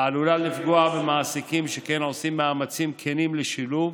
ועלולה לפגוע במעסיקים שכן עושים מאמצים כנים לשילוב,